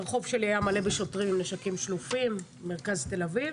הרחוב שלי במרכז תל אביב